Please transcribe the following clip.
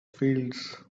fields